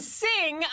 sing